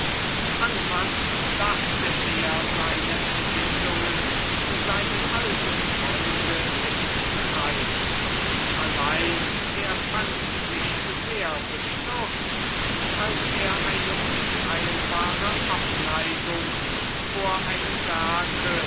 anfangs dachte er seine empfindungen seinem alten freunde mitzuteilen allein er fand sich sehr bestürzt als er eine unheilbare abneigung vor einem werke